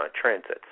Transits